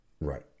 Right